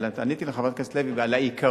אבל עניתי לחברת הכנסת לוי על העיקרון,